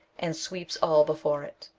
and sweeps all before it.